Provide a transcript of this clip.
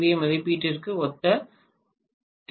ஏ மதிப்பீட்டிற்கு ஒத்த கே